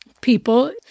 people